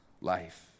life